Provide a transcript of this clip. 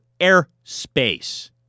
airspace